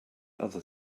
other